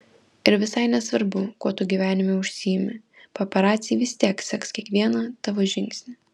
ir visai nesvarbu kuo tu gyvenime užsiimi paparaciai vis tiek seks kiekvieną tavo žingsnį